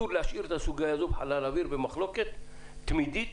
להשאיר את הסוגיה הזאת בחלל האוויר במחלוקת תמידית,